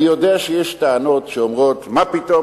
אני יודע שיש טענות שאומרות: מה פתאום